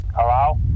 Hello